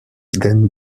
then